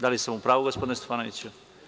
Da li sam u pravu, gospodine Stefanoviću?